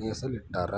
ಮೇಸಲಿಟ್ಟರ